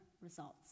results